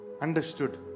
understood